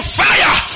fire